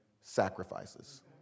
sacrifices